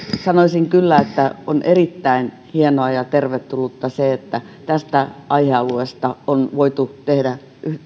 sanoisin kyllä että on erittäin hienoa ja tervetullutta se että tästä aihealueesta on voitu tehdä